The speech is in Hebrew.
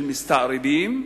של מסתערבים,